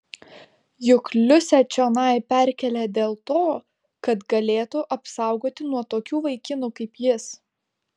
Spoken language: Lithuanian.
juk liusę čionai perkėlė dėl to kad galėtų apsaugoti nuo tokių vaikinų kaip jis